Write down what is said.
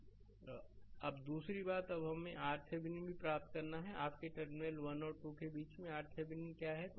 slide समय देखें 2348 अब दूसरी बात अब हमें RThevenin भी प्राप्त करना है आपके टर्मिनल 1 और 2 के बीच में RThevenin क्या है